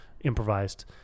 improvised